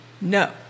No